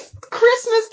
christmas